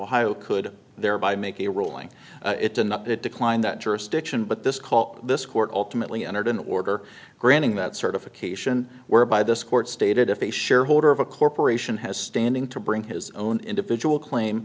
law could thereby make a ruling it to not it declined that jurisdiction but this call this court ultimately entered an order granting that certification whereby this court stated if a shareholder of a corporation has standing to bring his own individual claim